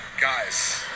guys